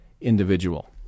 individual